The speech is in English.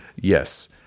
Yes